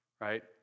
right